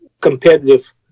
competitive